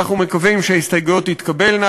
אנחנו מקווים שההסתייגויות תתקבלנה,